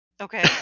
Okay